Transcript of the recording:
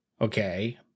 Okay